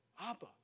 Abba